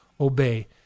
obey